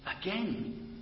again